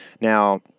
Now